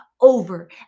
over